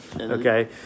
okay